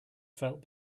felt